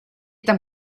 tam